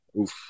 oof